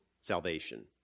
salvation